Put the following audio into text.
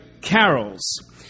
carols